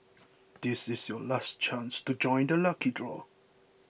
this is your last chance to join the lucky draw